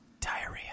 Diarrhea